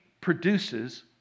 produces